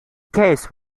case